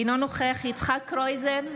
אינו נוכח יצחק קרויזר,